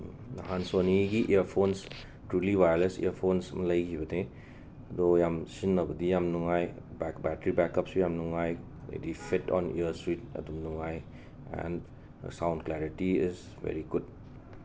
ꯅꯍꯥꯟ ꯁꯣꯅꯤꯒꯤ earphones truly wireless earphones ꯂꯩꯈꯤꯕꯅꯦ ꯑꯗꯣ ꯌꯥꯝ ꯁꯤꯟꯅꯕꯗꯤ ꯌꯥꯝꯅ ꯅꯨꯡꯉꯥꯏ ꯕꯦꯛ ꯕꯦꯛ ꯕꯦꯇ꯭ꯔꯤ ꯕꯦꯀꯞꯁꯨ ꯌꯥꯝꯅ ꯅꯨꯉꯥꯏ ꯑꯗꯩꯗꯤ ꯐꯤꯠ ꯑꯣꯟ ꯏꯑꯔ ꯁ꯭ꯋꯤꯠ ꯑꯗꯨꯝ ꯅꯨꯡꯉꯥꯏ and sound clarity is very good